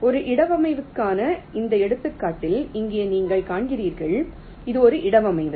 எனவே ஒரு இடவமைவுக்கான இந்த எடுத்துக்காட்டில் இங்கே நீங்கள் காண்கிறீர்கள் இது ஒரு இடவமைவு